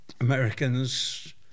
Americans